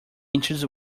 inches